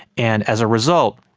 and as a result,